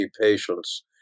patients